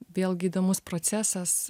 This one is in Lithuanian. vėlgi įdomus procesas